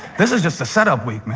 this is just a setup week.